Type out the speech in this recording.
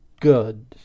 good